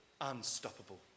unstoppable